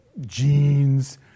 genes